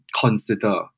consider